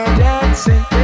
dancing